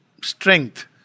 strength